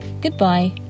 goodbye